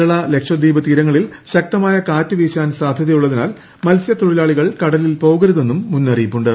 കേരള ലക്ഷദ്വീപ് തീരങ്ങളിൽ ശക്തമായ കാറ്റ് വീശാൻ സാധ്യതയുള്ളതിനാൽ മത്സ്യത്തൊഴിലാളികൾ പോകരുതെന്നും കടലിൽ മുന്നറിയിപ്പുണ്ട്